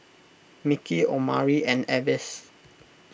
Mickey Omari and Avis